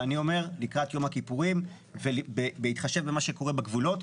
ואני אומר לקראת יום הכיפורים ובהתחשב במה שקורה בגבולות,